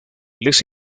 les